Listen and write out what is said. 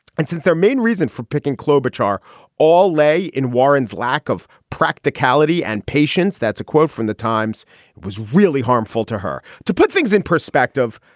and since their main reason for picking kilo-bits are all lay in warrens lack of practicality and patience. that's a quote from the times was really harmful to her to put things in perspective.